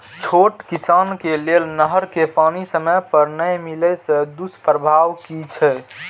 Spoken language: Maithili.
छोट किसान के लेल नहर के पानी समय पर नै मिले के दुष्प्रभाव कि छै?